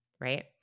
right